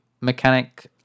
mechanic